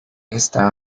esta